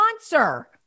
sponsor